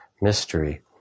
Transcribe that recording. mystery